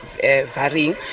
varying